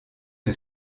que